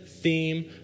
theme